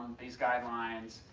these guidelines,